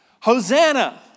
Hosanna